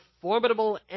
formidable